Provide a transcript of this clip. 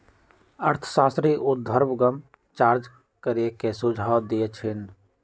अर्थशास्त्री उर्ध्वगम चार्ज करे के सुझाव देइ छिन्ह